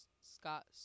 Scott